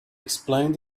explained